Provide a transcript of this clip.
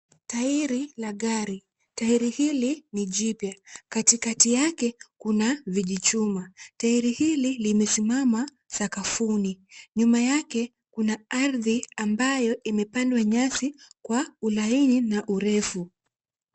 Tairi la gari. Tairi hili ni jipya. Katikati yake kuna vijichuma. Tairi hili limesimama sakafuni. Nyuma yake kuna ardhi ambayo imepandwa nyasi kwa ulaini na urefu.